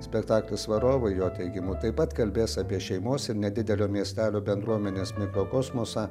spektaklis varovai jo teigimu taip pat kalbės apie šeimos ir nedidelio miestelio bendruomenės mikrokosmosą